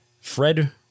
Fred